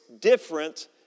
different